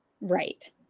Right